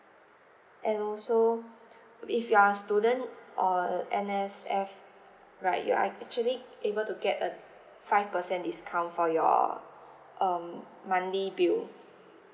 and also if you are student or N_S_F right you are actually able to get a five percent discount for your um monthly bill